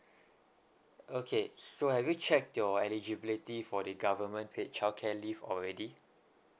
okay so have you checked your eligibility for the government paid childcare leave already